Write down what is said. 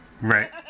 Right